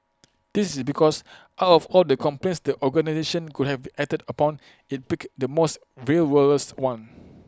this is because out of all the complaints the organisation could have acted upon IT picked the most frivolous one